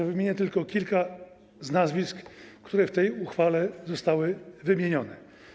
Powtórzę tylko kilka nazwisk, które w tej uchwale zostały wymienione.